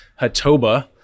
Hatoba